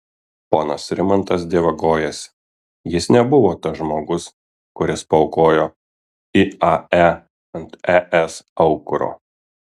ponas rimantas dievagojasi jis nebuvo tas žmogus kuris paaukojo iae ant es aukuro